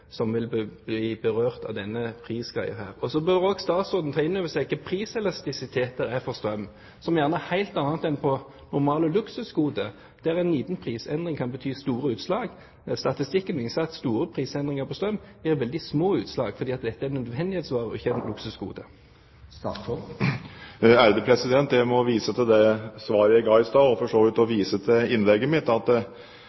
som vil bli berørt at denne prisgreia her. Så bør også statsråden ta inn over seg hvilken priselastisitet det er for strøm, som gjerne er noe helt annet enn for normale luksusgoder, der en liten prisendring kan gi store utslag. Statistikker viser at store prisendringer på strøm gir veldig små utslag, fordi dette er nødvendighetsvare og ikke et luksusgode. Jeg må vise til det svaret jeg ga i stad, og for så vidt